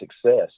success